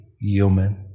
human